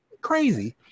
crazy